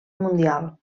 mundial